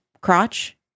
crotch